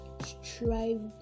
strive